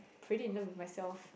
pretty in love with myself